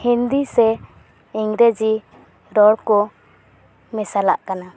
ᱦᱤᱱᱫᱤ ᱥᱮ ᱤᱝᱨᱮᱡᱤ ᱨᱚᱲᱠᱚ ᱢᱮᱥᱟᱞᱟᱜ ᱠᱟᱱᱟ